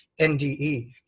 NDE